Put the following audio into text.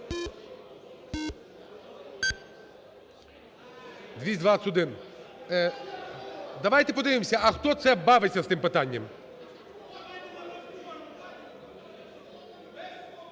За-221 Давайте подивимося, а хто це бавиться з тим питанням.